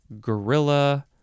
gorilla